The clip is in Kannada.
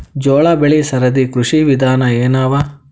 ಜೋಳ ಬೆಳಿ ಸರದಿ ಕೃಷಿ ವಿಧಾನ ಎನವ?